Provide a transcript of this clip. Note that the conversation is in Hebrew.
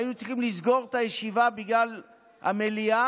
היו צריכים לסגור את הישיבה בגלל המליאה,